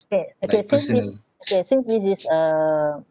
K okay since we K since which is a